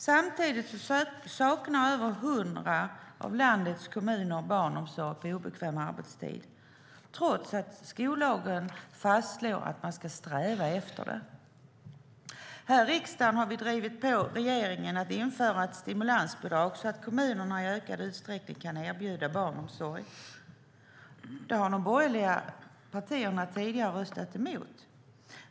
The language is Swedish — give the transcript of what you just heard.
Samtidigt saknar över hundra av landets kommuner barnomsorg på obekväm arbetstid, trots att skollagen fastslår att de ska sträva efter att erbjuda det. Riksdagen har drivit på regeringen att införa ett stimulansbidrag så att kommunerna i ökad utsträckning kan erbjuda barnomsorg på kvällar, nätter och helger - något som de borgerliga partierna tidigare röstat emot.